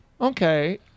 okay